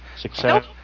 success